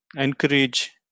encourage